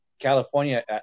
California